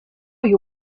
you